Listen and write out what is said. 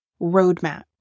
roadmap